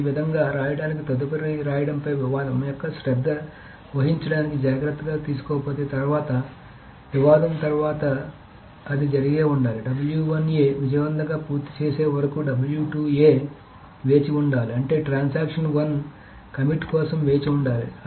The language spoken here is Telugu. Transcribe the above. ఈ విధంగా రాయడానికి తదుపరి రాయడం పై వివాదం యొక్క శ్రద్ధ వహించడానికి జాగ్రత్త తీసుకోకపోతే తర్వాత వివాదం తర్వాత అది జరిగే ఉండాలి విజయవంతంగా పూర్తి చేసే వరకు వేచి ఉండాలి అంటే ట్రాన్సాక్షన్ 1 కమిట్ కోసం వేచి ఉండాలి